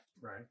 right